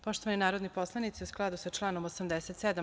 Poštovani narodni poslanici, u skladu sa članom 87.